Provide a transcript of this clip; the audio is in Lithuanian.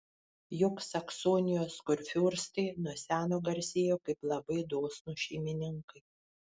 juk saksonijos kurfiurstai nuo seno garsėjo kaip labai dosnūs šeimininkai